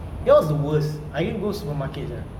that was the worst I didn't go supermarket